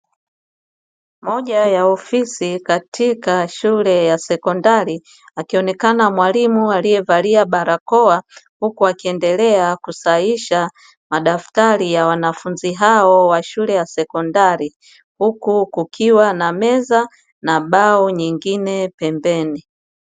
Moja ya ofisi katika shule ya sekondari akionekana mwalimu aliyevalia barakoa, huku akiendelea kusahisha madaftari ya wanafunzi hao wa shule ya sekondari huku kukiwa na meza na bao nyingine pembeni.